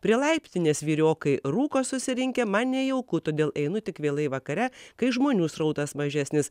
prie laiptinės vyriokai rūko susirinkę man nejauku todėl einu tik vėlai vakare kai žmonių srautas mažesnis